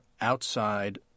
outside